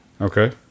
Okay